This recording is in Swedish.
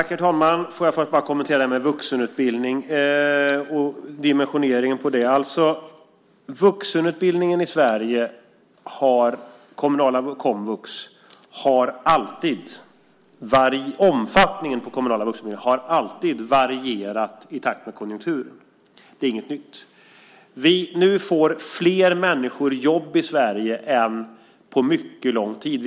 Herr talman! Får jag först kommentera vuxenutbildningen och dimensioneringen på den. Omfattningen av den kommunala vuxenutbildningen har alltid varierat i takt med konjunkturer. Det är inget nytt. Nu får fler människor jobb i Sverige än på mycket lång tid.